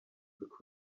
crystal